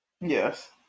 Yes